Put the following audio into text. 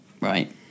right